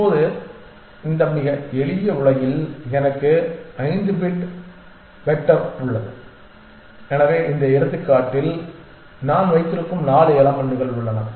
இப்போது இந்த மிக எளிய உலகில் எனக்கு 5 பிட் வெக்டர் உள்ளது எனவே இந்த எடுத்துக்காட்டில் நான் வைத்திருக்கும் 4 எலமென்ட்கள் உள்ளன